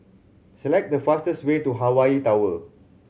select the fastest way to Hawaii Tower